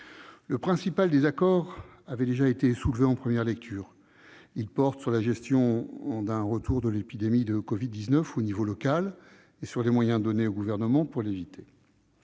Le principal désaccord avait déjà été soulevé en première lecture. Il porte sur la gestion d'un éventuel retour de l'épidémie de covid-19 au niveau local et sur les moyens donnés au Gouvernement pour l'éviter.